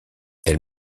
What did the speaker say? elle